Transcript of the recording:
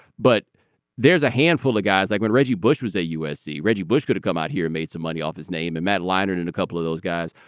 but there's a handful of guys like when reggie bush was a usc reggie bush got to come out here made some money off his name and met liners in a couple of those guys.